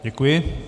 Děkuji.